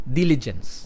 diligence